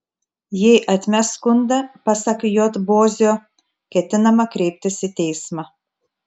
jei atmes skundą pasak j bozio ketinama kreiptis į teismą